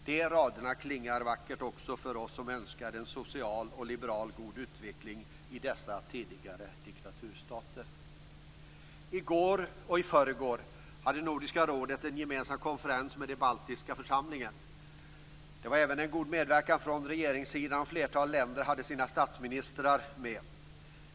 De raderna klingar vackert också för oss som önskar en social och liberal god utveckling i dessa tidigare diktaturstater. I går och i förrgår hade Nordiska rådet en gemensam konferens med den baltiska församlingen. Det var även god medverkan från regeringssidan, och flertalet länder hade sina statsministrar med.